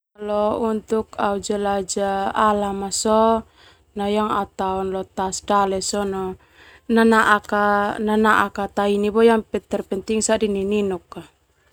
Au jelajah alam sona au tao leo tas dale sona nanaak au ta neni yang penting au eni nininuk.